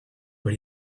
but